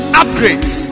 upgrades